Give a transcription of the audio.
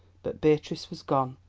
but beatrice was gone,